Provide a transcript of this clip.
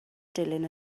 dilyn